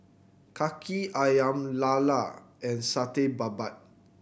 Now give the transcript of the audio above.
Kaki Ayam Lala and Satay Babat